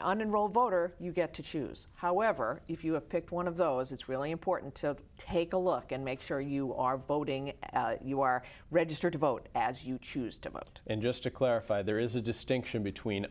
on enroll voter you get to choose however if you have picked one of those it's really important to take a look and make sure you are voting you are registered to vote as you choose to most and just to clarify there is a distinction between